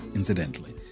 incidentally